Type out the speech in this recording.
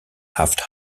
have